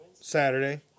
Saturday